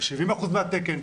ב-70% מהתקן,